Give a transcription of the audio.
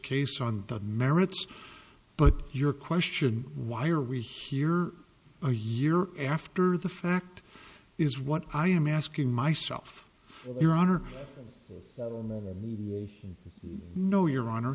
case on the merits but your question why are we here a year after the fact is what i am asking myself your honor or more will know your honor